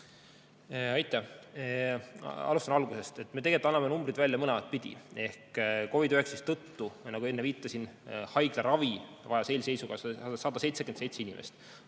Aitäh! Alustan algusest. Me tegelikult anname numbrid välja mõlemat pidi. COVID-19 tõttu, nagu enne viitasin, vajas haiglaravi eilse seisuga 177 inimest,